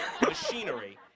machinery